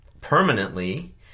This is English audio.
permanently